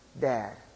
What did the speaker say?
Dad